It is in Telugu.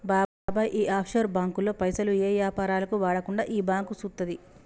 బాబాయ్ ఈ ఆఫ్షోర్ బాంకుల్లో పైసలు ఏ యాపారాలకు వాడకుండా ఈ బాంకు సూత్తది